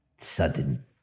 Sudden